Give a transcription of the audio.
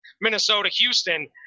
Minnesota-Houston